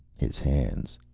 his hands.